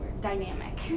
dynamic